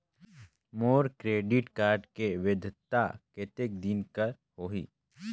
मोर credit card के वैधता कतेक दिन कर होही?